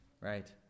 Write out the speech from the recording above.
right